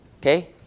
okay